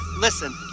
Listen